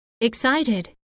excited